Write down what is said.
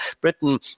Britain